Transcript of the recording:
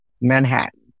Manhattan